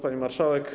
Pani Marszałek!